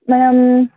madam